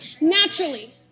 naturally